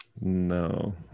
No